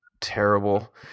Terrible